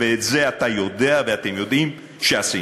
ואת זה אתה יודע, ואתם יודעים, שעשינו.